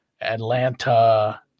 Atlanta